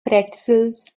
pretzels